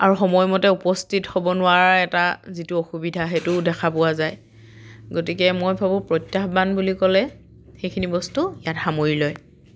আৰু সময়মতে উপস্থিত হ'ব নোৱাৰা এটা যিটো অসুবিধা সেইটোও দেখা পোৱা যায় গতিকে মই ভাবোঁ প্ৰত্যাহ্বান বুলি ক'লে সেইখিনি বস্তু ইয়াত সামৰি লয়